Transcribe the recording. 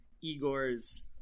Igor's